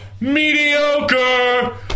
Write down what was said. mediocre